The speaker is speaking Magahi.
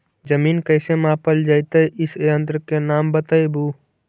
जमीन कैसे मापल जयतय इस यन्त्र के नाम बतयबु?